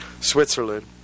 Switzerland